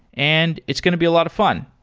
and it's going to be a lot of fun.